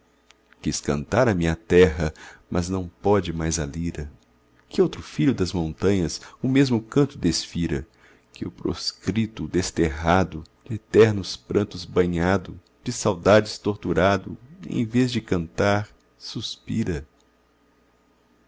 quis cantar a minha terra mas não pode mais a lira que outro filho das montanhas o mesmo canto desfira que o proscrito o desterrado de ternos prantos banhado de saudades torturado em vez de cantar suspira